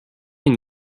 une